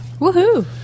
Woohoo